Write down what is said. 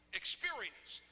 experience